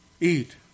eat